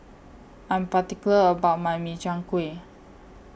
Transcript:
I'm particular about My Min Chiang Kueh